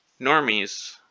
normies